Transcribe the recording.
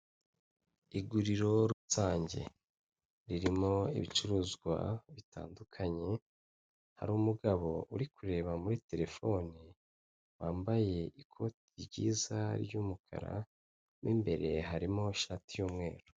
Iguriro rusange ririmo ibicuruzwa bitandukanye hari umugabo uri kureba muri telefone wambaye ryiza ry'umukara n'imbere harimo shati y'umweru.